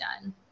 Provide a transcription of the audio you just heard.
done